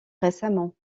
récemment